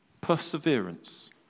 perseverance